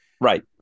Right